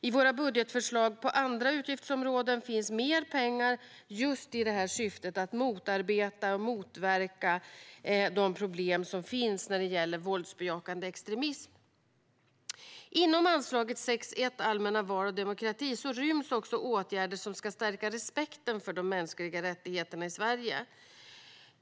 I våra budgetförslag för andra utgiftsområden finns mer pengar just till syftet att motarbeta och motverka de problem som finns när det gäller våldsbejakande extremism. Inom anslaget 6:1 Allmänna val och demokrati ryms även åtgärder som ska stärka respekten för de mänskliga rättigheterna i Sverige.